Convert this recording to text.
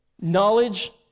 knowledge